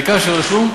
העיקר שרשום.